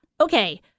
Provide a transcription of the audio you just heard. Okay